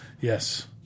Yes